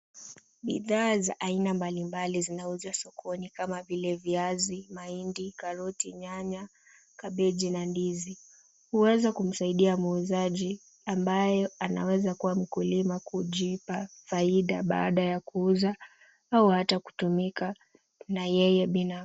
Bidhaa za aina mbalimbali zinauzwa sokoni kama vile viazi, mahindi, karoti, nyanya, kabeji na ndizi. Huweza kumsaidia muuzaji ambaye anaweza kuwa mkulima kujipa faida baada ya kuuza au hata kutumika na yeye binafsi.